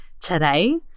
today